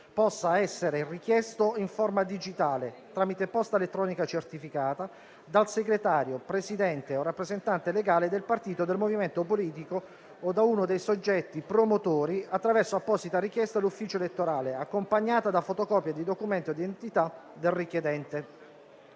possa essere richiesto in forma digitale, tramite posta elettronica certificata, dal segretario, presidente o rappresentante legale del partito, del movimento politico o da uno dei soggetti promotori attraverso apposita richiesta all'ufficio elettorale, accompagnata da fotocopia di documento d'identità del richiedente.